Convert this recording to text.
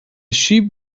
sheep